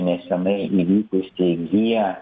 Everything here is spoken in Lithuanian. nesenai įvykusį gie